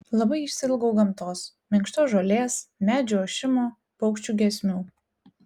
labai išsiilgau gamtos minkštos žolės medžių ošimo paukščių giesmių